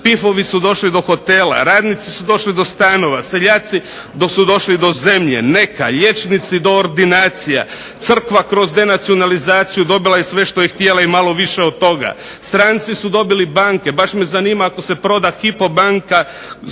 pifovi su došli do hotela, radnici su došli do stanova, seljaci dok su došli do zemlje neka. Liječnici do ordinacija, crkva kroz denacionalizaciju dobila je sve što je htjela i malo više od toga. Stranci su dobili banke. Baš me zanima ako se proda Hypo banka koliko